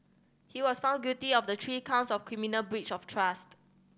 he was found guilty of the three counts of criminal breach of trust